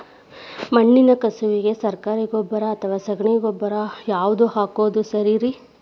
ಮಣ್ಣಿನ ಕಸುವಿಗೆ ಸರಕಾರಿ ಗೊಬ್ಬರ ಅಥವಾ ಸಗಣಿ ಗೊಬ್ಬರ ಯಾವ್ದು ಹಾಕೋದು ಸರೇರಿ?